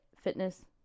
fitness